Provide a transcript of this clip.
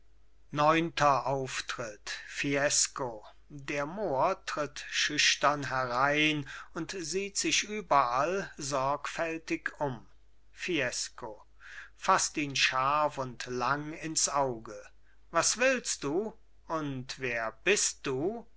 neunter auftritt fiesco der mohr tritt schüchtern herein und sieht sich überall sorgfältig um fiesco faßt ihn scharf und lang ins auge was willst du und wer bist du